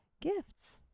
gifts